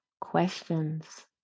questions